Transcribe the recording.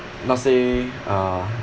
not say uh